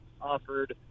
offered